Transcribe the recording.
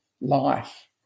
life